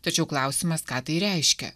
tačiau klausimas ką tai reiškia